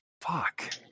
Fuck